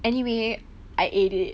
anyway I ate it